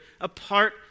apart